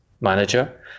manager